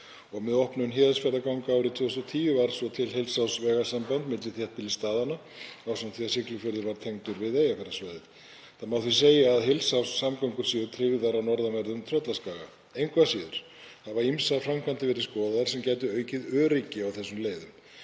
Með opnun Héðinsfjarðarganga árið 2010 varð svo til heilsársvegasamband milli þéttbýlisstaðanna ásamt því að Siglufjörður var tengdur við Eyjafjarðarsvæðið. Það má því segja að heilsárssamgöngur séu tryggðar á norðanverðum Tröllaskaga. Engu að síður hafa ýmsar framkvæmdir verið skoðaðar sem gætu aukið öryggi á þessum leiðum.